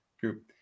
group